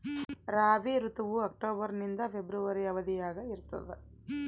ರಾಬಿ ಋತುವು ಅಕ್ಟೋಬರ್ ನಿಂದ ಫೆಬ್ರವರಿ ಅವಧಿಯಾಗ ಇರ್ತದ